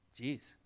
Jeez